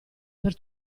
per